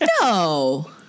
No